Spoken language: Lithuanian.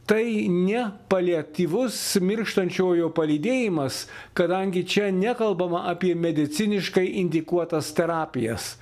tai nepaliatyvus mirštančiojo palydėjimas kadangi čia nekalbama apie mediciniškai indikuotas terapijas